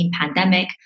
pandemic